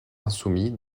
insoumis